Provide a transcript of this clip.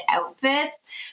outfits